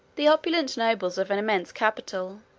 the opulent nobles of an immense capital,